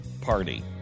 Party